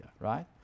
right